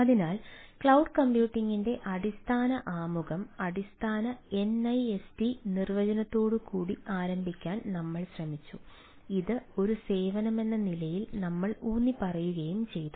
അതിനാൽ ക്ലൌഡ് കമ്പ്യൂട്ടിംഗിൻറെ അടിസ്ഥാന ആമുഖം അടിസ്ഥാന NIST നിർവചനത്തോടുകൂടി ആരംഭിക്കാൻ ഞങ്ങൾ ശ്രമിച്ചു ഇത് ഒരു സേവനമെന്ന നിലയിൽ നമ്മൾ ഊന്നിപ്പറയുകയും ചെയ്തു